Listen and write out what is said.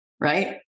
right